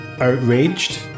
Outraged